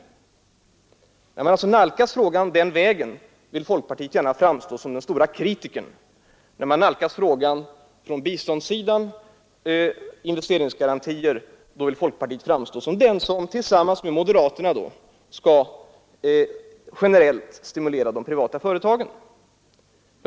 När vi alltså nalkas frågan den vägen vill folkpartiet gärna framstå som den stora kritikern, men när vi nalkas frågan från biståndssidan med investeringsgarantier vill folkpartiet gärna framstå som det parti som tillsammans med moderaterna generellt önskar stimulera de privata företagen.